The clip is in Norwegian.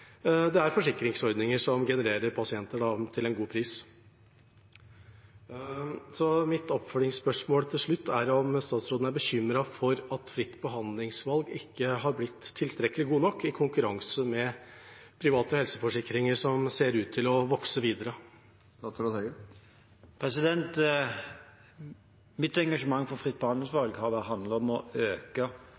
det er forsikringsordninger som genererer pasienter til en god pris. Mitt oppfølgingsspørsmål til slutt er om statsråden er bekymret for at fritt behandlingsvalg ikke har blitt tilstrekkelig godt nok i konkurranse med private helseforsikringer – som ser ut til å vokse videre. Mitt engasjement for fritt behandlingsvalg har handlet om å øke